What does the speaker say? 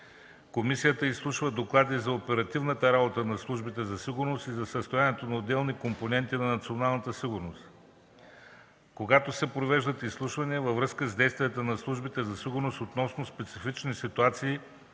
комисията изслушва доклади за оперативната работа на службите за сигурност и за състоянието на отделни компоненти на националната сигурност; – се провеждат изслушвания във връзка с действията на службите за сигурност относно специфични ситуации,